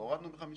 והורדנו ב-50%.